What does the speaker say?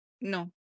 No